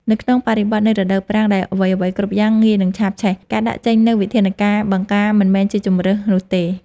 នៅក្នុងបរិបទនៃរដូវប្រាំងដែលអ្វីៗគ្រប់យ៉ាងងាយនឹងឆាបឆេះ ការដាក់ចេញនូវវិធានការបង្ការមិនមែនជាជម្រើសនោះទេ។